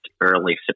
early